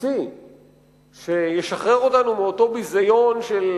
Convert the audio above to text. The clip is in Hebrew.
בסיסי שישחרר אותנו מאותו ביזיון של